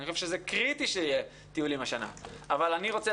אני חושב שזה קריטי שיהיו טיולים השנה,